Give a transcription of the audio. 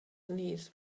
knees